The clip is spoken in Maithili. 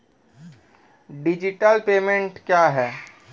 डिजिटल पेमेंट क्या हैं?